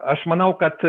aš manau kad